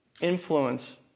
influence